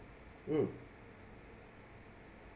mm